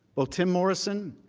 ah tim morrison,